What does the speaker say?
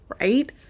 right